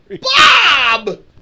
Bob